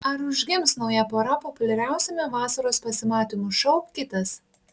ar užgims nauja pora populiariausiame vasaros pasimatymų šou kitas